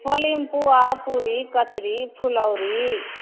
होलीमे पुआ पुरी कचरी फुलौरी